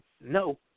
no